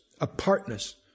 apartness